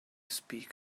speak